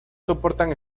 soportan